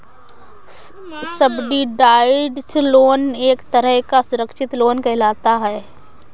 subsidised loan एक तरह का सुरक्षित लोन कहलाता है